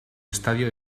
estadio